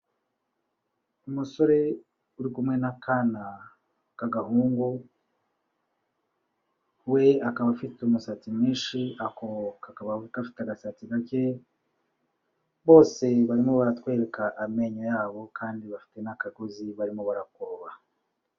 Umusore uri kumwe n'akana k'agahungu, we akaba afite umusatsi mwinshi, ako kakaba gafite agasatsi gake, bose barimo baratwereka amenyo yabo, kandi bafite n'akagozi barimo barakurura.